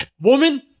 woman